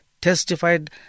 testified